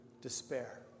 despair